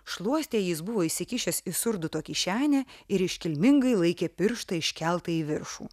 šluostę jis buvo įsikišęs į surduto kišenę ir iškilmingai laikė pirštą iškeltą į viršų